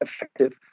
effective